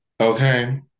Okay